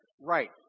right